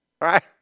right